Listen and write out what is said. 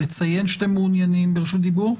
לציין שאתם מעוניינים ברשות דיבור,